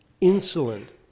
insolent